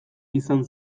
izan